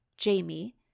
Jamie